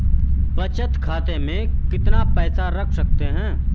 बचत खाते में कितना पैसा रख सकते हैं?